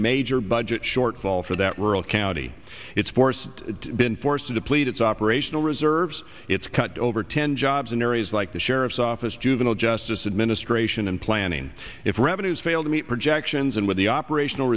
major budget shortfall for that rural county it's forced been forced to deplete its operational reserves its cut over ten jobs in areas like the sheriff's office juvenile justice administration and planning if revenues fail to meet projections and with the operational